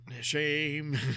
Shame